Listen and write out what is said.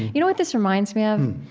you know what this reminds me of?